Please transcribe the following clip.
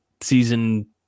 season